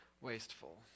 wasteful